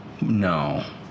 No